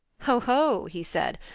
ho, ho, he said,